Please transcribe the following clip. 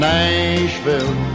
Nashville